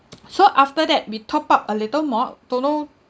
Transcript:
so after that we top up a little more don't know